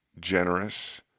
generous